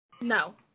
No